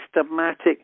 systematic